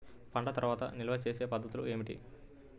పంట తర్వాత నిల్వ చేసే పద్ధతులు ఏమిటి?